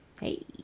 hey